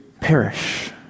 perish